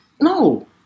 no